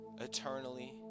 eternally